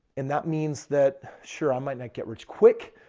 and that means that sure i might not get rich quick,